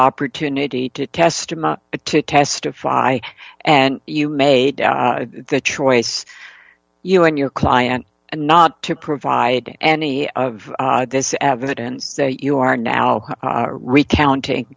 opportunity to test it to testify and you made the choice you and your client and not to provide any of this evidence that you are now recounting